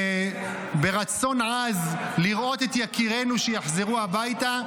ברצון עז לראות את יקירינו שיחזרו הביתה,